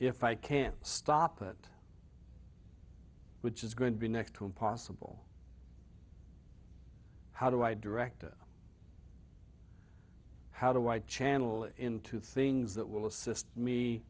if i can't stop that which is going to be next to impossible how do i direct it how do i channel it into things that will assist me